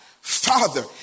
father